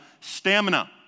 stamina